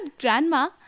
Grandma